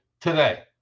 today